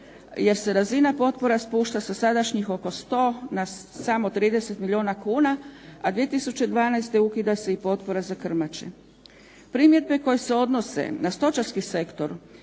jer se razina potpora spušta sa sadašnjih oko 100 na samo 30 milijuna kuna, a 2012. ukida se i potpora za krmače. Primjedbe koje se odnose na stočarski sektor